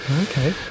Okay